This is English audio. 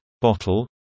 bottle